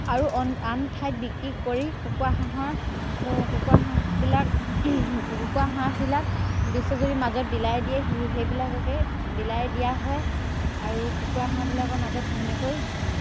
আৰু অন আন ঠাইত বিক্ৰী কৰি কুকুৰা হাঁহৰ কুকুৰা হাঁহবিলাক কুকুৰা হাঁহবিলাক বিশ্বজুৰি মাজত বিলাই দিয়ে সেই সেইবিলাককে বিলাই দিয়া হয় আৰু কুকুৰা হাঁহবিলাকৰ মাজত সেনেকৈ